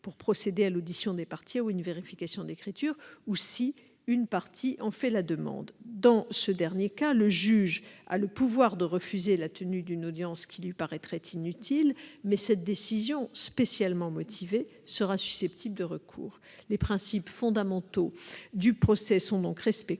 pour procéder à l'audition des parties ou à une vérification d'écriture, ou bien si une partie en fait la demande. Dans ce dernier cas, le juge a le pouvoir de refuser la tenue d'une audience qui lui paraîtrait inutile, mais cette décision, spécialement motivée, sera susceptible de recours. Les principes fondamentaux du procès sont donc respectés.